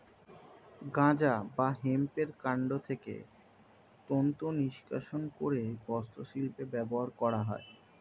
গাঁজা বা হেম্পের কান্ড থেকে তন্তু নিষ্কাশণ করে বস্ত্রশিল্পে ব্যবহার করা হয়